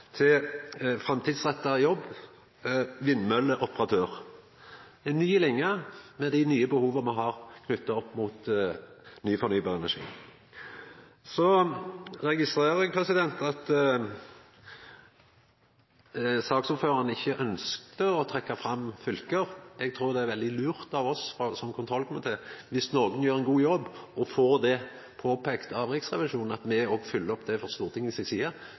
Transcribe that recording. behova me har knytt opp mot ny fornybar energi. Eg registrerer at saksordføraren ikkje ønskjer å trekka fram fylke. Eg trur det er veldig lurt av oss som kontrollkomité, viss nokon gjer ein god jobb og får det påpeikt av Riksrevisjonen, at me òg fylgjer opp det frå Stortinget si side,